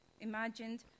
imagined